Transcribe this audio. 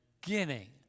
beginning